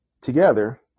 together